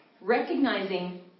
recognizing